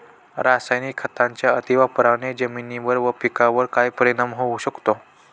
रासायनिक खतांच्या अतिवापराने जमिनीवर व पिकावर काय परिणाम होऊ शकतो?